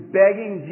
begging